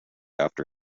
after